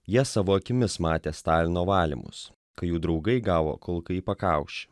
jie savo akimis matė stalino valymus kai jų draugai gavo kulką į pakaušį